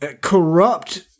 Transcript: corrupt